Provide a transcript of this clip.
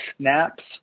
snaps